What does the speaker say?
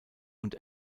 und